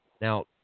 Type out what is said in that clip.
Now